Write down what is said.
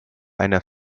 einer